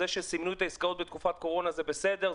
זה שסימנו את העסקות בתקופת קורונה זה בסדר,